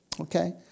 Okay